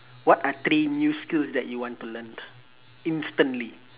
what are three new skills that you want to learn instantly